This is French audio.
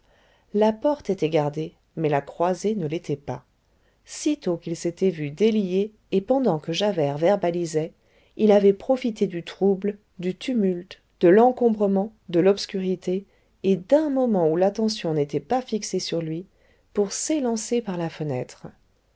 la porte était gardée mais la croisée ne l'était pas sitôt qu'il s'était vu délié et pendant que javert verbalisait il avait profité du trouble du tumulte de l'encombrement de l'obscurité et d'un moment où l'attention n'était pas fixée sur lui pour s'élancer par la fenêtre